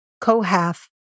Kohath